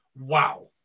wow